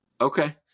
Okay